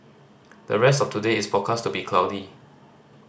the rest of today is forecast to be cloudy